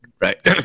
right